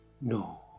No